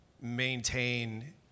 maintain